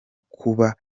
kuba